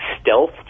Stealth